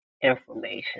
information